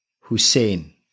Hussein